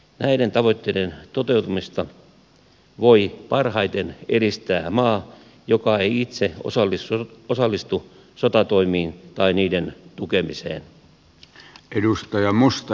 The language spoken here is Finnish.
näiden tavoitteiden toteutumista voi parhaiten edistää maa joka ei itse osallistu sotatoimiin tai niiden tukemiseen